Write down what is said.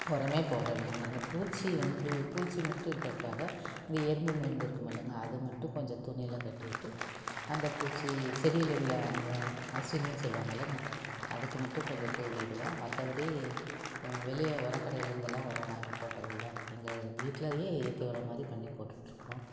உரமே போடுறதில்லைங்க அந்த பூச்சி வந்து பூச்சி மட்டும் இருக்கிறக்காக இந்த எறும்பு மருந்து இருக்குமில்லைங்க அது மட்டும் கொஞ்சம் துணியில் கட்டிவிட்டு அந்த பூச்சி செடிகள்ல உள்ள அந்த அஸ்வினினு சொல்லுவாங்கள்லங்க அதுக்கு மட்டும் கொஞ்சம் தூவி விடுவோம் மற்றபடி வெளியே உரக்கடையில் இருந்துலாம் உரம் வாங்கி போட்டதில்லை எங்கள் வீட்டிலையே இயற்கை உரம் மாதிரி பண்ணிப் போட்டுகிட்டு இருக்கோம்